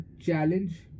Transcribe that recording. challenge